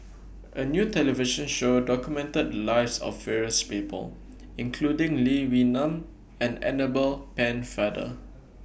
A New television Show documented Lives of various People including Lee Wee Nam and Annabel Pennefather